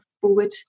forward